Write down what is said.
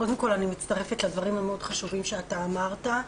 קודם כל אני מצטרפת לדברים המאוד חשובים שאתה אמרת,